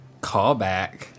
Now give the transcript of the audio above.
callback